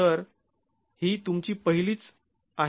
तर ही तुमची पहिलीच आहे